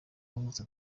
yavutse